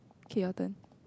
okay your turn